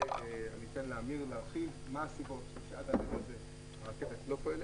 ואני אתן לאמיר להרחיב מה הסיבות שעד היום הזה הרכבת לא פועלת,